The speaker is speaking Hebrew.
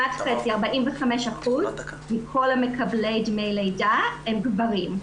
45% מכל מקבלי דמי הלידה הם גברים.